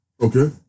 Okay